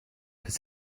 his